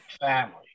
family